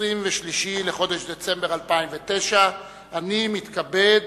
23 בחודש דצמבר 2009. אני מתכבד